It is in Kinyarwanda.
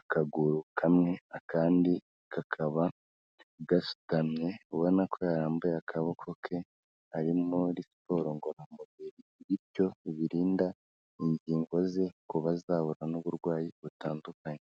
akaguru kamwe, akandi kakaba gasutamye ubona ko yarambuye akaboko ke, ari muri siporo ngororamubiri, ni byo birinda ingingo ze kuba zahura n'uburwayi butandukanye.